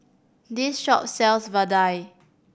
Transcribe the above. this shop sells vadai